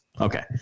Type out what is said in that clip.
Okay